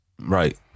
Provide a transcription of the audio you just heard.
Right